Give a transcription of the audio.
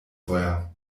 feuer